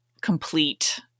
complete